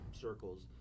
circles